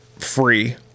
free